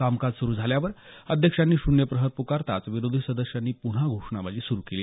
कामकाज सुरू झाल्यावर अध्यक्षांनी शून्यप्रहर पुकारताच विरोधी सदस्यांनी पुन्हा घोषणाबाजी सुरू केली